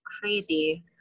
crazy